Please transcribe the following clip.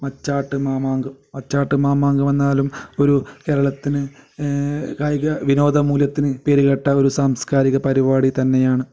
മച്ചാട്ട് മാമാങ്കം മച്ചാട്ട് മാമാങ്കം എന്നാലും ഒരു കേരളത്തിന് കായിക വിനോദ മൂല്യത്തിന് പേരുകേട്ട ഒരു സാംസ്കാരിക പരിപാടി തന്നെയാണ്